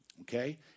okay